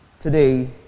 today